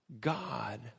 God